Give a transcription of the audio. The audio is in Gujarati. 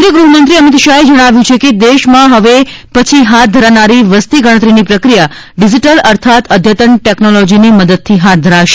કેન્દ્રિય ગૃહમંત્રી અમિત શાહે જણાવ્યું છે કે દેશમાં હવે પછીહાથ ધરાનારી વસતી ગણતરીની પ્રક્રિયા ડિજીટલ અર્થાત્ અઘતન ટેકનોલોજીની મદદથી હાથ ધરાશે